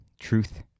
truth